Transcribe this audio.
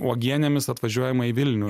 uogienėmis atvažiuojama į vilnių